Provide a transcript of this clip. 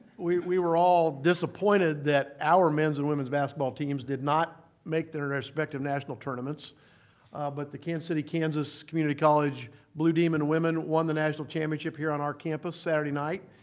we we were all disappointed that our men's and women's basketball teams did not make their respective national tournaments but the kansas city kansas community college blue demon women won the national championship here on our campus saturday night.